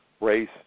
race